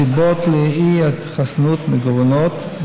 הסיבות לאי-התחסנות מגוונות,